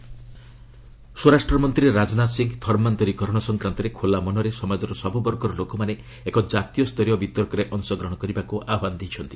Rajnath conversion ସ୍ୱରାଷ୍ଟ ମନ୍ତ୍ରୀ ରାଜନାଥ ସିଂହ ଧର୍ମାନ୍ତରିକରଣ ସଂକ୍ରାନ୍ତରେ ଖୋଲା ମନରେ ସମାଜର ସବ୍ରବର୍ଗର ଲୋକମାନେ ଏକ ଜାତୀୟ ସ୍ତରୀୟ ବିତର୍କରେ ଅଂଶଗ୍ରହଣ କରିବାକୁ ଆହ୍ୱାନ ଦେଇଛନ୍ତି